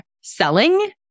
selling